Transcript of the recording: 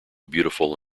beautiful